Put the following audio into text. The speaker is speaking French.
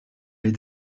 les